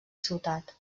ciutat